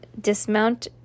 dismount